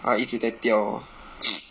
它一直在掉 lor